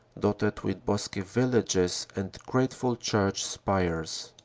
dotted with bosky villages and grace ful church spires.